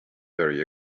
very